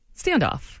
standoff